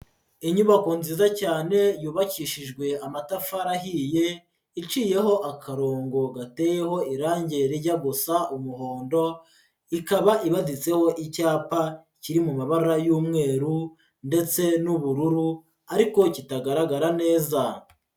Inyubako nziza cyane yubakishijwe amatafari ahiye, iciyeho akarongo gateyeho irangi rijya gusa umuhondo, ikaba ibaditseho icyapa kiri mu mabara y'umweru, ndetse n'ubururu, ariko kitagaragara neza.